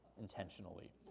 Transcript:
intentionally